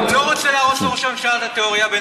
אנחנו לא רוצים להרוס לך את התיאוריה.